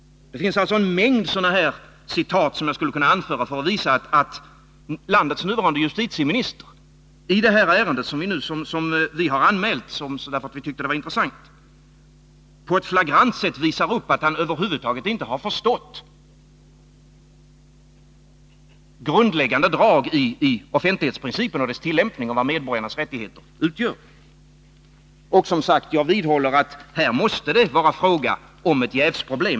Det finns en mängd citat av det här slaget som jag skulle kunna anföra för att visa att landets nuvarande justitieminister i det här ärendet, som vi har anmält därför att vi tyckte det var intressant, på ett flagrant sätt avslöjar att han över huvud taget inte har förstått grundläggande drag i offentlighetsprincipen och dess tillämpning och vad medborgarnas rättigheter innebär. Jag vidhåller att det här måste vara fråga om ett jävsproblem.